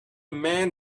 man